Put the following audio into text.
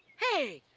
hey,